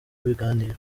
biganiro